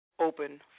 open